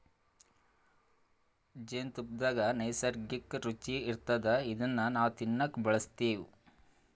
ಜೇನ್ತುಪ್ಪದಾಗ್ ನೈಸರ್ಗಿಕ್ಕ್ ರುಚಿ ಇರ್ತದ್ ಇದನ್ನ್ ನಾವ್ ತಿನ್ನಕ್ ಬಳಸ್ತಿವ್